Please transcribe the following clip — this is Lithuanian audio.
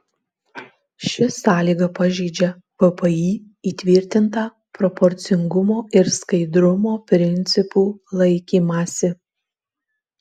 ši sąlyga pažeidžia vpį įtvirtintą proporcingumo ir skaidrumo principų laikymąsi